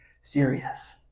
serious